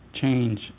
change